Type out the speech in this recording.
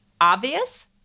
Obvious